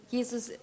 Jesus